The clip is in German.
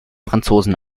franzosen